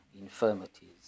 infirmities